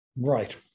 right